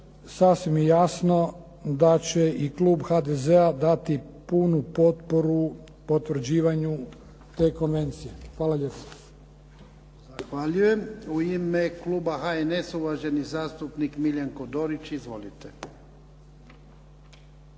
sasvim je jasno da će i klub HDZ-a dati punu potporu potvrđivanju te konvencije. Hvala lijepo. **Jarnjak, Ivan (HDZ)** Zahvaljujem. U ime kluba HNS-a, uvaženi zastupnik Miljenko Dorić. Izvolite.